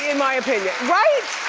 yeah my opinion. right?